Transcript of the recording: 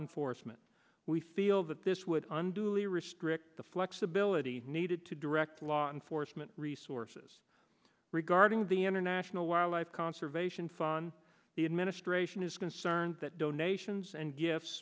enforcement we feel that this would undo restrict the next ability needed to direct law enforcement resources regarding the international wildlife conservation fund the administration is concerned that donations and gifts